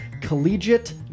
collegiate